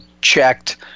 checked